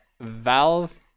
Valve